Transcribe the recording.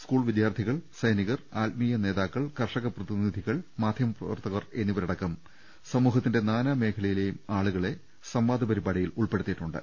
school വിദ്യാർത്ഥി കൾ സൈനികർ ആത്മീയ നേതാക്കൾ കർഷകപ്രതിനിധികൾ മാധ്യമപ്ര വർത്തകർ എന്നിവരടക്കം സമൂഹത്തിന്റെ നാനാമേഖലയിലെയും ആളുകളെ സംവാദപരിപാടിയിൽ ഉൾപ്പെടുത്തിയിട്ടുണ്ട്